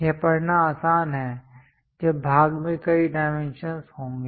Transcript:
यह पढ़ना आसान है जब भाग में कई डाइमेंशंस होंगे